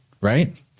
right